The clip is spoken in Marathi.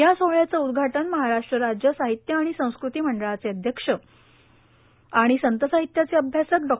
या सोहळ्याचं उदघाटन महाराष्ट्र राज्य साहित्य आणि संस्कृती मंडळाचे अध्यक्ष आणि संत साहित्याचे अभ्यासक डॉ